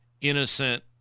innocent